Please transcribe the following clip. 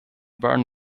burn